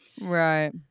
Right